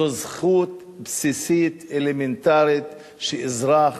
זו זכות בסיסית, אלמנטרית, שאזרח